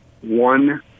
one